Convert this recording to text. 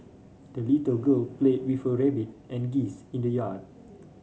the little girl play with her rabbit and geese in the yard